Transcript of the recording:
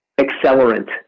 accelerant